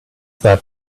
that